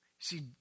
See